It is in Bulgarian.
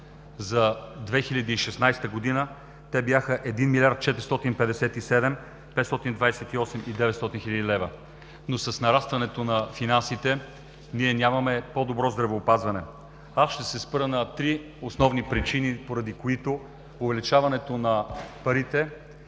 За 2016 г. те бяха 1 млрд. 457 млн. 528 хил. 900 лв. С нарастването на финансите ние нямаме по-добро здравеопазване. Аз ще се спра на три основни причини, поради които увеличаването на парите,